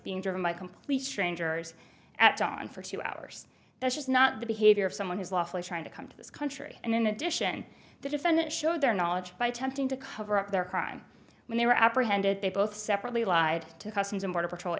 being driven by complete strangers at dawn for two hours that's just not the behavior of someone who's lawfully trying to come to this country and in addition the defendant showed their knowledge by attempting to cover up their crime when they were apprehended they both separately lied to customs and border patrol